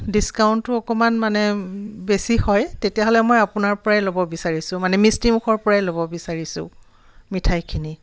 ডিছকাউণ্টটো অকণমান মানে বেছি হয় তেতিয়াহ'লে মই আপোনাৰ পৰাই ল'ব বিচাৰিছোঁ মানে মিষ্টিমুখৰ পৰাই ল'ব বিচাৰিছোঁ মিঠাইখিনি